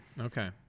Okay